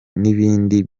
n’ibindi